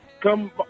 come